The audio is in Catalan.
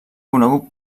conegut